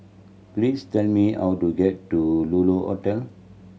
please tell me how to get to Lulu Hotel